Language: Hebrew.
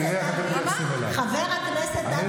חבר הכנסת אבי מעוז,